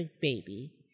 baby